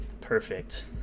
Perfect